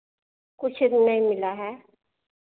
कुछ नहीं मिला है